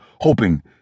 hoping